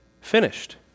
finished